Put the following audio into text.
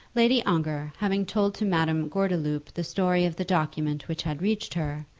lady ongar, having told to madame gordeloup the story of the document which had reached her,